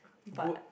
but